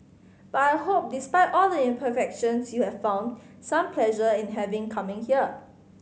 but I hope despite all the imperfections you have found some pleasure in having come here